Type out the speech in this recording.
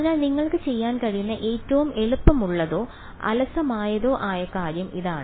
അതിനാൽ നിങ്ങൾക്ക് ചെയ്യാൻ കഴിയുന്ന ഏറ്റവും എളുപ്പമുള്ളതോ അലസമായതോ ആയ കാര്യം ഇതാണ്